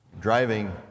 driving